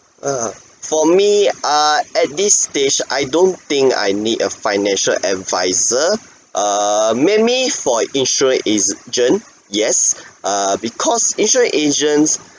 uh for me err at this stage I don't think I need a financial advisor err maybe for insurance agent yes uh because insurance agents